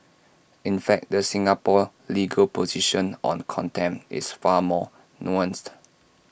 in fact the Singapore legal position on contempt is far more nuanced